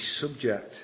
subject